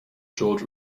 george